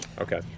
Okay